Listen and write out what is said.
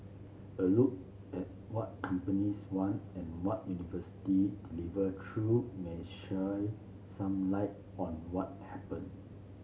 a look at what companies want and what university deliver true may sheer some light on what happened